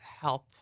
help